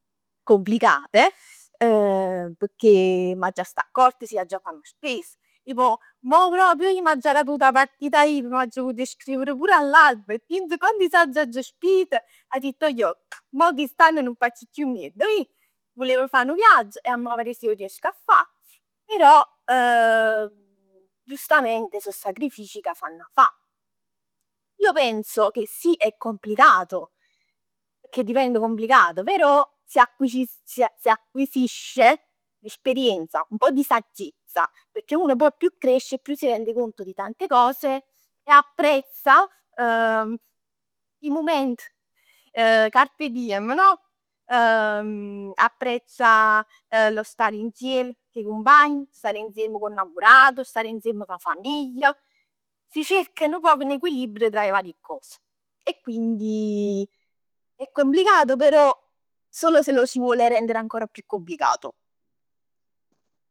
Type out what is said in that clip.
Complicate, pecchè m'aggia sta accort si aggia fa 'na spes. Ij poj mo proprio oì m'aggio araprut 'a partita iva, m'aggio avut iscrivere pur all'albo e pienz quanti sord aggia spis. Aggio ditt oilloc, mo chist'ann nun faccio chiù nient oì. M'vulev fa nu viagg e amma verè si 'o riesc a fa, però giustamente so sacrifici che s'anna fa. Io penso che sì è complicato, che diventa complicato, però si acquisisce, si acqui acquisisce l'esperienza, un pò di fattezza, pecchè uno poi più cresce e più si rende conto di tante cose e apprezza 'e mument, carpe diem no? Apprezza lo stare insieme cu 'e cumpagn, stare insieme cu 'o 'nnammurat, stare insieme cu 'a famiglia. Si cerca nu poc n'equilibrio tra 'e varie cos. E quindi è complicato, però solo se lo si vuole rendere ancora più complicato.